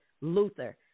Luther